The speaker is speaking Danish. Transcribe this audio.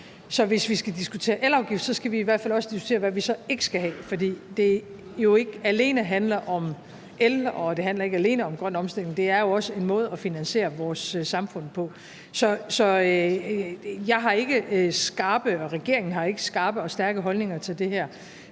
Så hvis vi skal diskutere elafgift, skal vi i hvert fald også diskutere, hvad vi så ikke skal have. For det handler ikke alene om el, og det handler ikke alene om grøn omstilling. Det er jo også en måde at finansiere vores samfund på, så regeringen har ikke skarpe og stærke holdninger til det her,